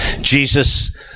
Jesus